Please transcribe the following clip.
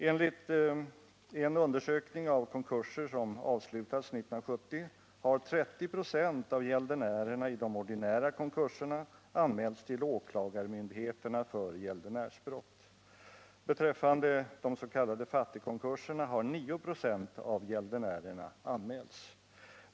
Enligt en undersökning av konkurser som avslutades 1970 har 30 926 av gäldenärerna i de ordinära konkurserna anmälts till åklagarmyndigheterna för gäldenärsbrott. Beträffande de s.k. fattigkonkurserna har 996 av gäldenärerna anmälts.